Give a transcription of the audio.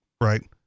Right